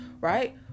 Right